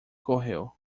correu